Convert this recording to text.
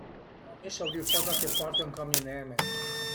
Mi savrìu pa da che part ëncamineme